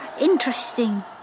Interesting